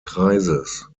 kreises